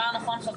אמר נכון חבר